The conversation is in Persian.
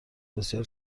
بسیار